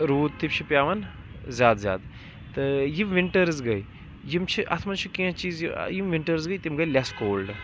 روٗد تہِ چھِ پیٚوان زیادٕ زیادٕ تہٕ یِم وِنٹٲرٕس گٔے یِم چھِ اتھ منٛز چھِ کینٛہہ چیٖز یِم وِنٹٲرٕس گٔے تِم گٔے لیس کولڈٕ